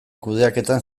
kudeaketan